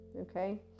okay